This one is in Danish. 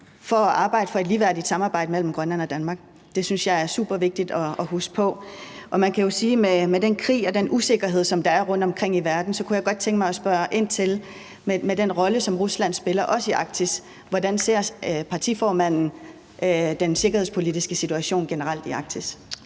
for at arbejde for et ligeværdigt samarbejde mellem Grønland og Danmark. Det synes jeg er supervigtigt at huske på. Man kan jo sige, at jeg med den krig og den usikkerhed, der er rundtomkring i verden, og med den rolle, som Rusland også spiller i Arktis, så godt kunne tænke mig at spørge ind til: Hvordan ser partiformanden den sikkerhedspolitiske situation generelt i Arktis?